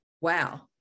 wow